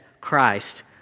Christ